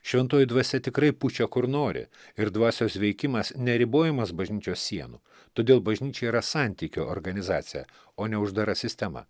šventoji dvasia tikrai pučia kur nori ir dvasios veikimas neribojamas bažnyčios sienų todėl bažnyčia yra santykio organizacija o ne uždara sistema